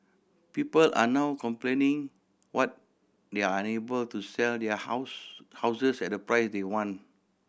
people are now complaining what they are unable to sell their house houses at the price they want